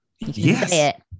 Yes